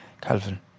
Calvin